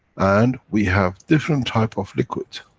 and we have different type of liquid.